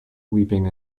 weeping